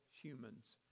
humans